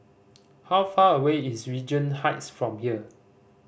how far away is Regent Heights from here